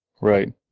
Right